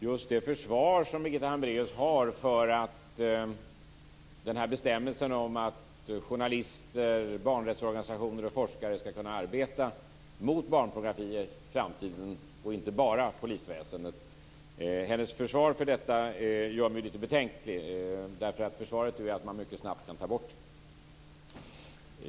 Herr talman! Just Birgitta Hambraeus försvar för denna bestämmelse om att journalister, barnrättsorganisationer och forskare skall kunna arbeta mot barnpornografi i framtiden och inte bara polisväsendet gör mig litet betänksam, eftersom försvaret är att man mycket snabbt kan ta bort den.